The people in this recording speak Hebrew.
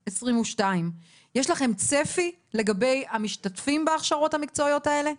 יש לכם צפי לגבי המשתתפים בהכשרות המקצועיות האלה?